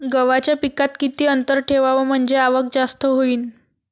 गव्हाच्या पिकात किती अंतर ठेवाव म्हनजे आवक जास्त होईन?